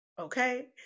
Okay